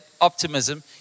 optimism